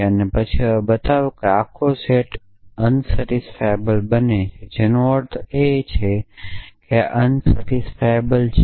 અને પછી બતાવો કે આખો સેટ અસંતોષકારક બને છે જેનો અર્થ છે આ અસંતોષકારક છે